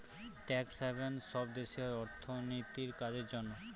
tax haven সব দেশে হয় অর্থনীতির কাজের জন্য